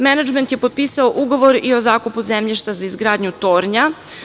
Menadžment je potpisao ugovor i o zakupu zemljišta za izgradnju tornja.